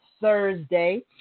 Thursday